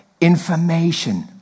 information